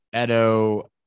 Edo –